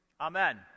amen